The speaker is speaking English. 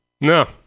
No